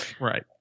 Right